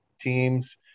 teams